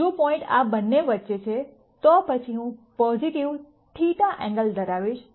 જો પોઇન્ટ આ બંને વચ્ચે છે તો પછી હું પોઝિટિવ θ ઐંગલ ધરાવીશ